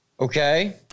Okay